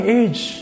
age